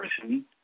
person